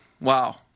wow